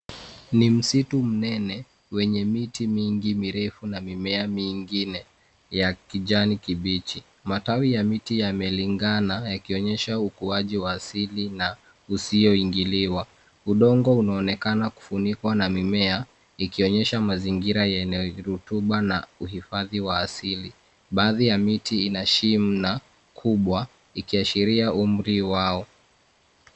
Ni msitu mnene wenye miti mingi mirefu na mimea mingine ya kijani kibichi. Matawi ya miti yamelingana yakionyesha ukuaji wa asili na usio ingiliwa. Udongo unaonekana kufunikwa na mimea ikionyesha mazingira yenye rutuba na uhifadhi wa asili. Baadhi ya miti ina shina kubwa ikiashiria umri wao.